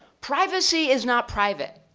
privacy is not private.